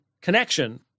connection